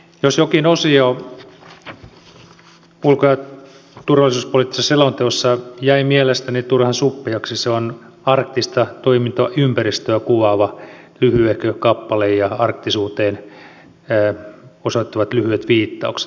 jos jokin osio ulko ja turvallisuuspoliittisessa selonteossa jäi mielestäni turhan suppeaksi se on arktista toimintaympäristöä kuvaava lyhyehkö kappale ja arktisuuteen osoittavat lyhyet viittaukset